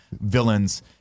Villains